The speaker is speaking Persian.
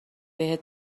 بهت